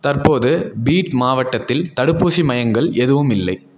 தற்போது பீட் மாவட்டத்தில் தடுப்பூசி மையங்கள் எதுவும் இல்லை